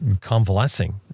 convalescing